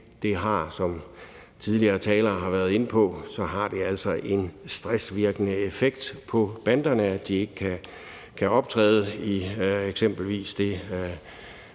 det har, som tidligere talere har været inde på, en stressvirkende effekt på banderne, at de ikke kan optræde i eksempelvis det